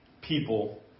people